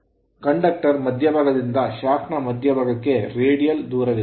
ಆದ್ದರಿಂದ conductor ವಾಹಕದ ಮಧ್ಯಭಾಗದಿಂದ ಶಾಫ್ಟ್ ನ ಮಧ್ಯಭಾಗಕ್ಕೆ ರೇಡಿಯಲ್ ದೂರವಿದೆ